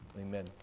amen